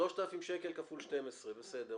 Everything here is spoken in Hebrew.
3,000 שקל כפול 12 בסדר,